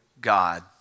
God